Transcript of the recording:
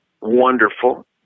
wonderful